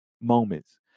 moments